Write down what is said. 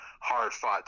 hard-fought